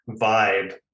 vibe